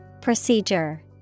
Procedure